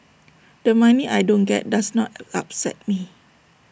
the money I don't get does not upset me